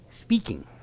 Speaking